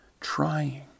trying